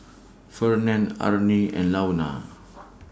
Fernand Arnie and Launa